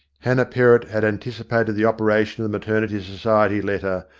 hannah perrott had anticipated the operation of the maternity society letter,